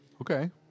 Okay